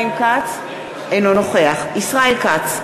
אינו נוכח ישראל כץ,